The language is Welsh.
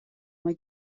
mae